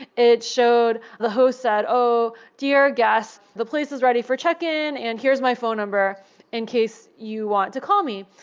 it showed the host that, oh, dear guest, the place is ready for check in, and here's my phone number in case you want to call me.